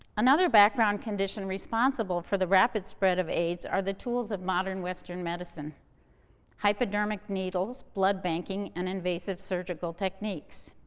another background condition responsible for the rapid spread of aids are the tools of modern western medicine hypodermic needles, blood banking and invasive surgical techniques.